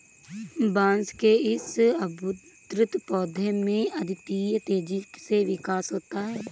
बांस के इस अद्भुत पौधे में अद्वितीय तेजी से विकास होता है